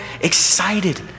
excited